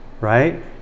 right